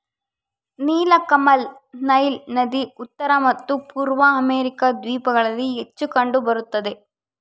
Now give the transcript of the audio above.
ನೀಲಕಮಲ ನೈಲ್ ನದಿ ಉತ್ತರ ಮತ್ತು ಪೂರ್ವ ಅಮೆರಿಕಾ ದ್ವೀಪಗಳಲ್ಲಿ ಹೆಚ್ಚು ಕಂಡು ಬರುತ್ತದೆ